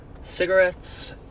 cigarettes